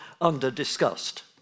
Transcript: under-discussed